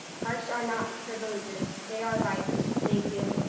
parks are not privileges, they are rights thank you.